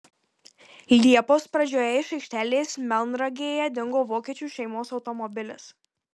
liepos pradžioje iš aikštelės melnragėje dingo vokiečių šeimos automobilis